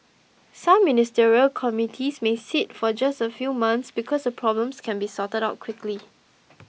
some ministerial committees may sit for just a few months because the problems can be sorted out quickly